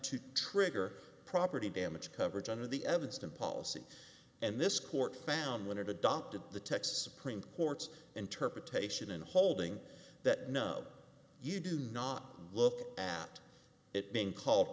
to trigger property damage coverage under the evanston policy and this court found when it adopted the texas supreme court's interpretation in holding that no you do not look at it being called